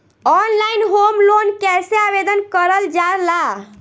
Online home loan कैसे आवेदन करल जा ला?